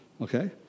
Okay